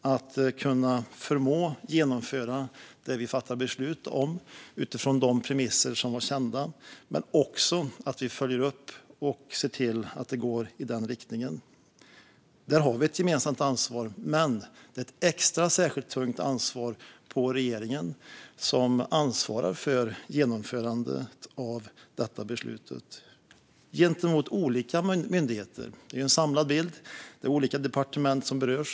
Det handlar om att förmå genomföra det vi fattar beslut om utifrån de premisser som var kända, men det handlar också om att vi följer upp och ser till att det går i den riktningen. Där har vi ett gemensamt ansvar, men det är ett extra och särskilt tungt ansvar på regeringen, som ansvarar för genomförandet av beslutet gentemot olika myndigheter. Det är en samlad bild. Det är olika departement som berörs.